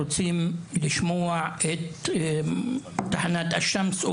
רוצים לשמוע את תחנת אל שמס,